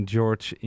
George